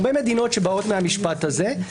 הרבה מדינות שבאות מהמשפט הזה,